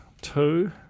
two